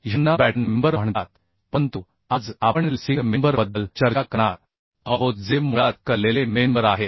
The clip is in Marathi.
ह्यांना बॅटन मेंबर म्हणतात परंतु आज आपण लेसिंग मेंबर बद्दल चर्चा करणार आहोत जे मुळात कललेले मेंबर आहेत